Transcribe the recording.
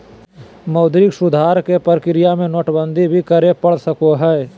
मौद्रिक सुधार के प्रक्रिया में नोटबंदी भी करे पड़ सको हय